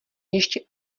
ještě